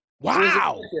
Wow